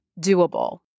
doable